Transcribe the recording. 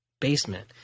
basement